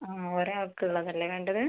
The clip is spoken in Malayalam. ആ ഒരാൾക്ക് ഉള്ളത് അല്ലേ വേണ്ടത്